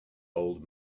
old